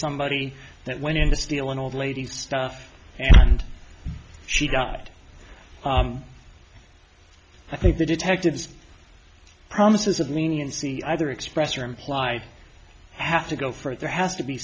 somebody that went in to steal an old lady's stuff and she got i think the detectives promises of leniency either express or implied have to go for it there has to be